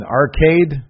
arcade